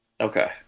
Okay